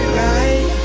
right